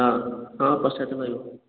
ହଁ ହଁ ପ୍ରସାଦ ପାଇବ